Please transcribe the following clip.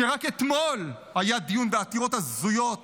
כשרק אתמול היה דיון בעתירות הזויות